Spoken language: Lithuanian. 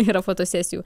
yra fotosesijų